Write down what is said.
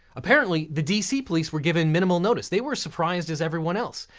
apparently, the dc police were given minimal notice, they were surprised as everyone else.